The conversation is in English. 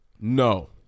No